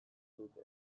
dute